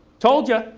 told you,